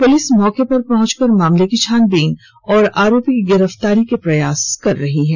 police मौके पर पहुंचकर मामले की छानबीन और आरोपी की गिरफ्तारी का प्रयास कर रही है